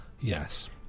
yes